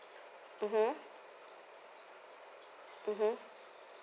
mmhmm